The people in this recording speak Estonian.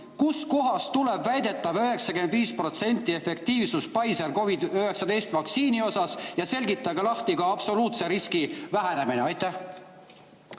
kust kohast tuleb väidetav 95%‑line efektiivsus Pfizeri COVID-19 vaktsiini puhul? Ja selgitage lahti ka absoluutse riski vähenemine. Tänan,